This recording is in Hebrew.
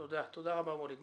תודה רבה, וליד.